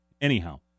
Anyhow